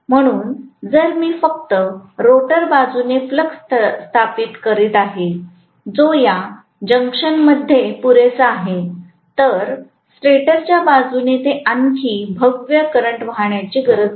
म्हणून जर मी फक्त रोटर बाजूने फ्लक्स स्थापित करीत आहे जो या जंक्शनमध्ये पुरेसा आहे तर स्टेटरच्या बाजूने ते आणखी भव्य करंट वाहण्याची गरज नाही